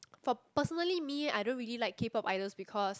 for personally me I don't really like K-Pop idols because